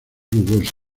rugosa